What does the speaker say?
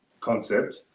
concept